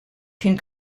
can